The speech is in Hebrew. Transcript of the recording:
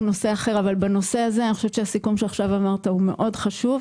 בנושא הזה, הסיכום שדיברת עליו עכשיו מאוד חשוב.